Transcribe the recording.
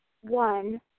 one